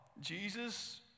Jesus